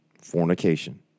fornication